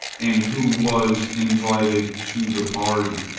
and who was invited to the party,